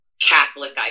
catholic